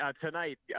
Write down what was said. tonight